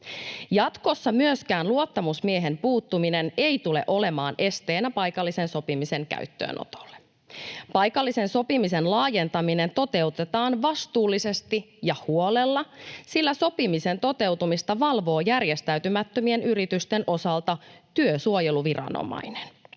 Jatkossa myöskään luottamusmiehen puuttuminen ei tule olemaan esteenä paikallisen sopimisen käyttöönotolle. Paikallisen sopimisen laajentaminen toteutetaan vastuullisesti ja huolella, sillä sopimisen toteutumista valvoo järjestäytymättömien yritysten osalta työsuojeluviranomainen.